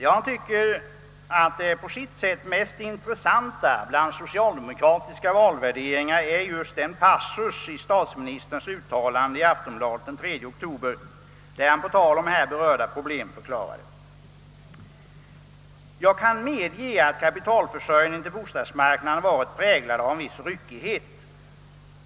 Jag tycker att det på sitt sätt mest intressanta bland socialdemokratiska valvärderingar är just den passus i statsministerns uttalande i Aftonbladet den 3 oktober, där han på tal om här berörda problem förklarar: »Jag kan medge att kapitalförsörjningen till bostadsmarknaden varit präglad av en viss ryckighet.